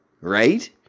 right